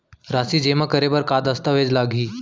राशि जेमा करे बर का दस्तावेज लागही?